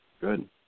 good